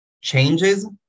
changes